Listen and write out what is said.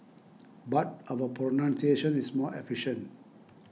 but our pronunciation is more efficient